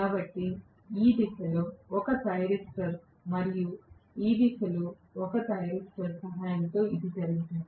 కాబట్టి ఈ దిశలో ఒక థైరిస్టర్ మరియు ఈ దిశలో మరొక థైరిస్టర్ సహాయంతో ఇది జరుగుతుంది